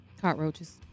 Cockroaches